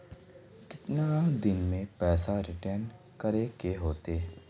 कितने दिन में पैसा रिटर्न करे के होते?